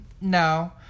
no